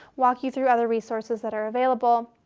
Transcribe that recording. walk you through other resources that are available.